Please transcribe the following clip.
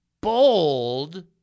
bold